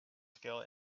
scale